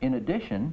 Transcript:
in addition